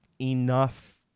enough